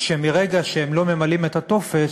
לכך שמרגע שהם לא ממלאים את הטופס,